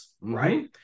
Right